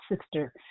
sister